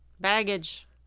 Baggage